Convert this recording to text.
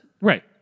Right